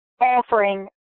offering